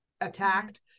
attacked